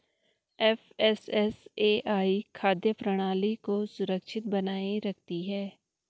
FSSAI खाद्य प्रणाली को सुरक्षित बनाए रखती है